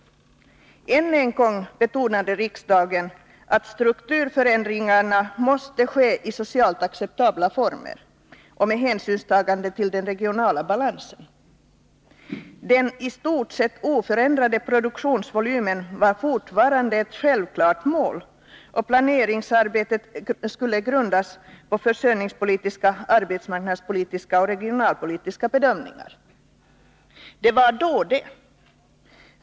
Än en gång betonade riksdagen att strukturförändringarna måste ske i socialt acceptabla former och med hänsynstagande till den regionala balansen. Den i stort sett oförändrade produktionsvolymen var fortfarande ett självklart mål, och planeringsarbetet skulle grundas på försörjningspolitiska, arbetsmarknadspolitiska och regionalpolitiska bedömningar. Det var då det.